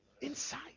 Inside